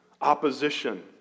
opposition